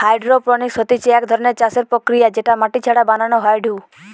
hydroponics হতিছে এক ধরণের চাষের প্রক্রিয়া যেটা মাটি ছাড়া বানানো হয়ঢু